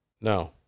No